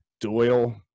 Doyle